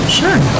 sure